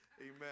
Amen